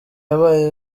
yabaye